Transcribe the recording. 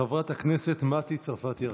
חברת הכנסת מטי צרפתי הרכבי.